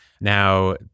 Now